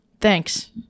thanks